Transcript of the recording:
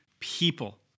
people